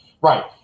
right